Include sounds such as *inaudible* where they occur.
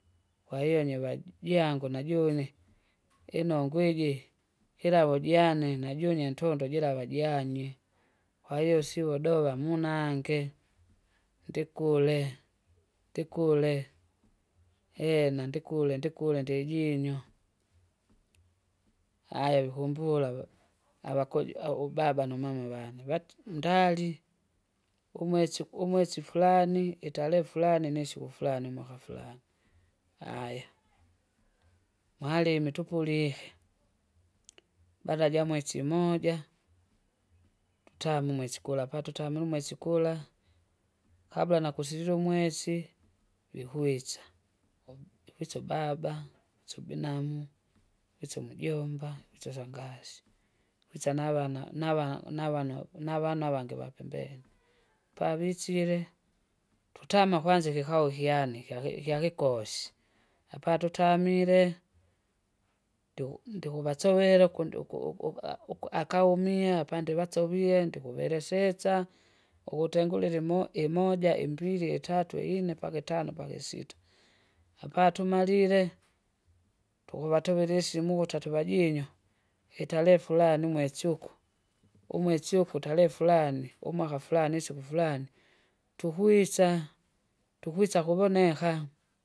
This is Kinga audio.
Kwahiyo nyiva- jangu nujune, inongwa iji kilavu jane najunye ntondo jirava janye, kwahiyo sivo dova munange, ndikule, ndikule, eena ndikule ndikule ndijinywa, aya vikumbula ava- avakuji aaha ubaba numama vane vati- ndali. Umwesi uku- umwesi furani itarehe furani nisiku furani umwaka furani, aya, mwalimi tupulike, baada jamwesi imoja, tutame umwesi kula patutame umwesi kula. Kabla nakusilula umwesi, vikwisa, u- ikwisa ubaba, ikwisa ubinamu, ikwisa umjomba ikwisa usangasi, kwisa navana nava- navana navana vangi vapembeni, *noise* pavisile, tutama kwanza ikikao kyane ikya- ikyakikosi, apatutamile ndiku ndikuvasovela ukundi uku- uku- uku- a- uku- akaumia apandivasovie ndikuvelesesa, ukutengulile imo- imoja, imbili, itatu, iine mpaka itano mpaka isita. Apatumalile, tukuvatovela isimu ukuta tuvajinyo, itarehe furani umwesi uku, umwesi uku, tarehe furani, umwaka furani, isiku furani, tukwisa, tukwisa kuvoneka.